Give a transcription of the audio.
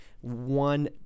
One